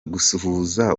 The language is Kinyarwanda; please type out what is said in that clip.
gusuhuza